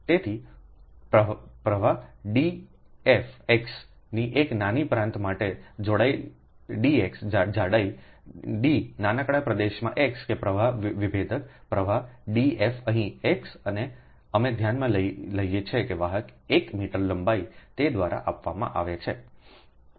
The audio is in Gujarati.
તેથી પ્રવાહ ડી ફી x ની એક નાની પ્રાંત માટે જાડાઈ ડી X જાડાઈ ડી નાનકડાં પ્રદેશમાં x કે પ્રવાહ વિભેદક પ્રવાહ ડી ફી અહીં X અને અમે ધ્યાનમાં લઈએ છીએ સહ વાહક 1 મીટર લંબાઈ તે દ્વારા આપવામાં આવે છેdλXdφxBx